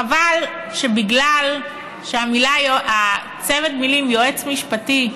חבל שבגלל שצמד המילים "יועץ משפטי"